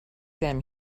them